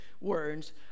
words